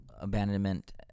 abandonment